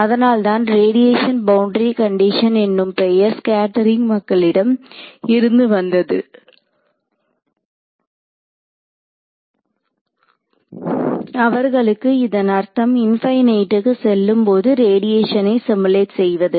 அதனால்தான் radiation boundary condition என்னும் பெயர் ஸ்கேட்டெரிங் மக்களிடம் இருந்து வந்தது அவர்களுக்கு இதன் அர்த்தம் இன்பைநைட்டுக்கு செல்லும் போதுரேடியேஷனை சிமுலேட் செய்வது